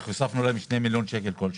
הוספנו להם 2 מיליון שקלים כל שנה.